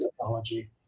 technology